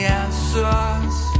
answers